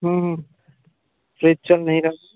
fridge चल नहीं रहा